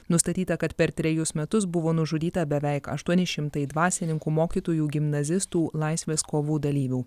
nustatyta kad per trejus metus buvo nužudyta beveik aštuoni šimtai dvasininkų mokytojų gimnazistų laisvės kovų dalyvių